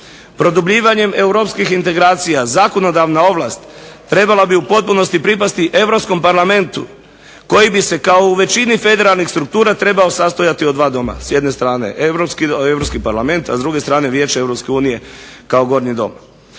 Produbljivanjem Europskih integracija zakonodavna ovlast trebala bi u potpunosti pripasti Europskom parlamentu koji bi se kao u većini federalnih struktura trebao sastojati od dva doma, s jedne strane europski parlament a s druge strane Vijeće Europske unije kao gornji dom.